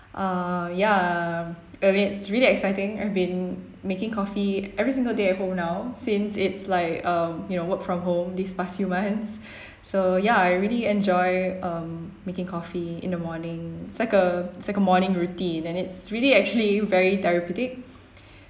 uh ya and it's really exciting I've been making coffee every single day at home now since it's like um you know work from home these past few months so ya I really enjoy um making coffee in the morning it's like a it's like a morning routine and it's really actually very therapeutic